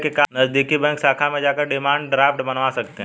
नज़दीकी बैंक शाखा में जाकर डिमांड ड्राफ्ट बनवा सकते है